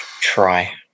try